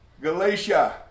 Galatia